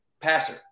passer